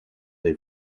they